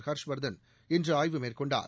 ஹர்ஷ்வா்தன் இன்று ஆய்வு மேற்கொண்டார்